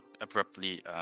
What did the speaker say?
abruptly